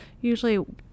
Usually